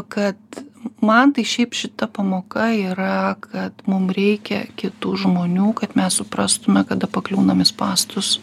kad man tai šiaip šita pamoka yra kad mum reikia kitų žmonių kad mes suprastume kada pakliūnam į spąstus